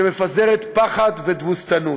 שמפזרת פחד ותבוסתנות.